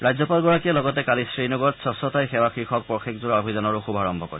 ৰাজ্যপালগৰাকীয়ে লগতে কালি শ্ৰীনগৰত স্কচ্ছতাই সেৱা শীৰ্ষক পষেকজোৰা অভিযানৰো শুভাৰম্ভ কৰে